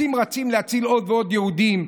אצים רצים להציל עוד ועוד יהודים,